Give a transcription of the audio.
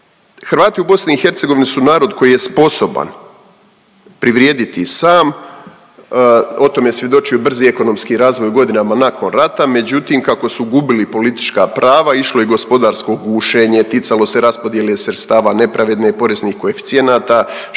Hrvati u BiH su narod koji je sposoban privrijediti sam. O tome je svjedočio brzi ekonomski razvoj u godinama nakon rata, međutim kako su gubili politička prava išlo je gospodarsko gušenje, ticalo se raspodjele sredstava, nepravednih poreznih koeficijenata što je dovodilo